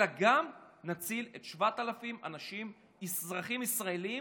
אלא גם נציל 7,000 אנשים, אזרחים ישראלים